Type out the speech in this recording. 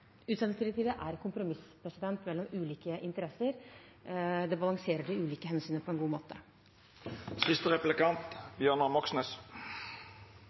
Utsendingsdirektivet er et kompromiss mellom ulike interesser. Det balanserer de ulike hensynene på en god måte.